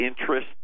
interest